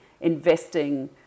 investing